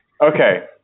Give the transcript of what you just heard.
Okay